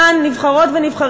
כן, בדיוק,